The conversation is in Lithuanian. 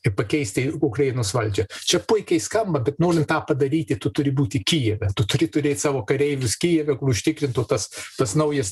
ir pakeisti ir ukrainos valdžią čia puikiai skamba bet norint tą padaryti tu turi būti kijeve tu turi turėt savo kareivius kijeve kur užtikrintų tas tas naujas